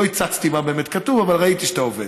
לא הצצתי מה באמת כתוב, אבל ראיתי שאתה עובד.